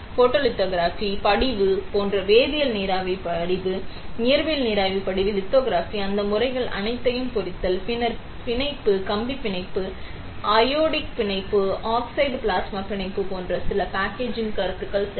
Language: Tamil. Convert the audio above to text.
ஃபோட்டோலித்தோகிராஃபி படிவு போன்ற வேதியியல் நீராவி படிவு இயற்பியல் நீராவி படிவு லித்தோகிராபி அந்த முறைகள் அனைத்தையும் பொறித்தல் பின்னர் பிணைப்பு கம்பி பிணைப்பு அனோடிக் பிணைப்பு ஆக்சைடு பிளாஸ்மா பிணைப்பு போன்ற சில பேக்கேஜிங் கருத்துக்கள் சரி